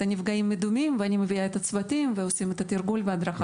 הנפגעים המדומים ואני מביאה את הצוותים ועושים את התרגול וההדרכה.